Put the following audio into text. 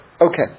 Okay